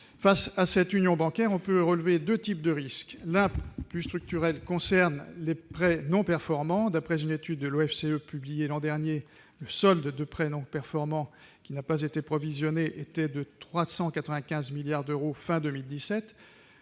face à cette union bancaire on peut relever 2 types de risques va plus structurelle concerne les prêts non performants, d'après une étude de l'OFCE, publiée l'an dernier le solde de prêts non performants qui n'a pas été provisionnés était de 395 milliards d'euros fin 2017,